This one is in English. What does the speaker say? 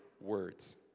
words